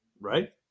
Right